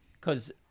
because-